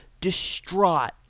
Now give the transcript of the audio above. distraught